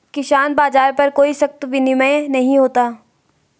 किसान बाज़ार पर कोई सख्त विनियम नहीं होता